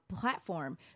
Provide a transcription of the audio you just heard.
platform